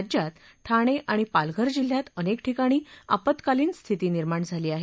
राज्यात ठाणे आणि पालघर जिल्ह्यात अनेक ठिकाणी आपत्कालीन स्थिती निर्माण झाली आहे